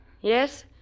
Yes